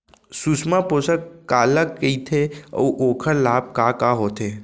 सुषमा पोसक काला कइथे अऊ ओखर लाभ का का होथे?